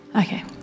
okay